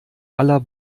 aller